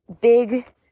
big